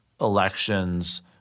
elections